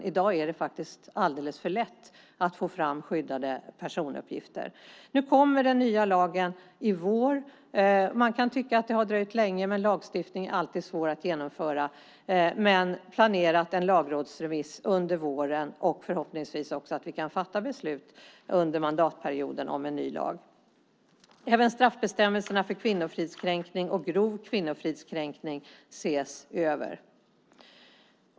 I dag är det alldeles för lätt att få fram skyddade personuppgifter. Den nya lagen kommer i vår. Man kan tycka att det har dröjt länge, men lagstiftning är alltid svår att genomföra. Det planeras en lagrådsremiss under våren, och förhoppningsvis kan vi under mandatperioden fatta beslut om en ny lag. Även straffbestämmelserna för kvinnofridskränkning och grov kvinnofridskränkning ses över.